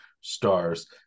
stars